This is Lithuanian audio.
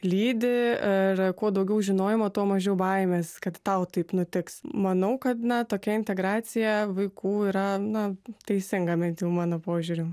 lydi ir kuo daugiau žinojimo tuo mažiau baimės kad tau taip nutiks manau kad na tokia integracija vaikų yra na teisinga bent jau mano požiūriu